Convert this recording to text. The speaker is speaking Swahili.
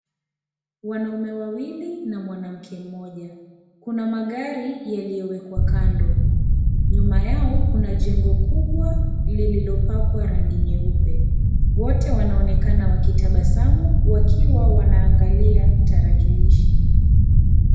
Wanaume wawili na mwanamke mmoja, kuna magari yaliyowekwa kando, nyuma Yao kuna jengo kubwa lililopakwa rangi nyeupe . Wote wanaonekana wakitabasamu wakiwa wanaangalia tarakilishi.